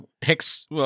Hicks